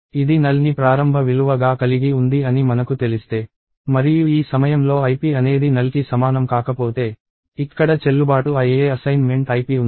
ఇది null ని ప్రారంభ విలువ గా కలిగి ఉంది అని మనకు తెలిస్తే మరియు ఈ సమయంలో ip అనేది null కి సమానం కాకపోతే ఇక్కడ చెల్లుబాటు అయ్యే అసైన్మెంట్ ip ఉంది